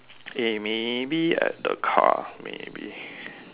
eh maybe at the car maybe